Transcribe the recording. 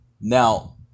Now